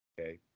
Okay